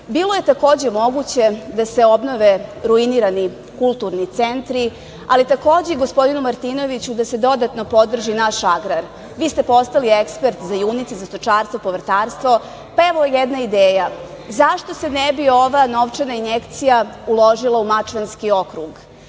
je takođe moguće da se obnove ruinirani kulturni centri, ali takođe, gospodine Martinoviću, da se dodatno podrži naš agrar. Vi ste postali ekspert za junice, za stočarstvo, povrtarstvo, pa evo jedna ideja. Zašto se ne bi ova novčana injekcija uložila u Mačvanski okrug,